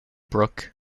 brook